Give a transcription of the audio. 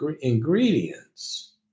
ingredients